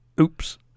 oops